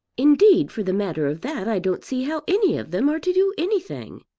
indeed for the matter of that i don't see how any of them are to do anything.